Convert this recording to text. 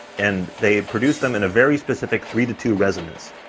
and they produce them in a very specific three-to-two resonance.